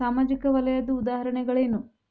ಸಾಮಾಜಿಕ ವಲಯದ್ದು ಉದಾಹರಣೆಗಳೇನು?